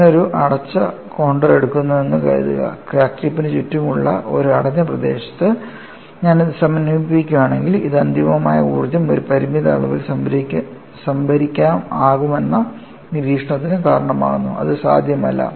ഞാൻ ഒരു അടച്ച കോൺണ്ടർ എടുക്കുന്നുവെന്ന് കരുതുക ക്രാക്ക് ടിപ്പിന് ചുറ്റുമുള്ള ഒരു അടഞ്ഞ പ്രദേശത്ത് ഞാൻ ഇത് സമന്വയിപ്പിക്കുകയാണെങ്കിൽ ഇത് അനന്തമായ ഊർജ്ജം ഒരു പരിമിത അളവിൽ സംഭരിക്കാനാകുമെന്ന നിരീക്ഷണത്തിന് കാരണമാകുന്നു അത് സാധ്യമല്ല